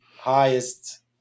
highest